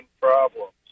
problems